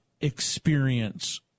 experience